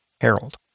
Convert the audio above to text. Harold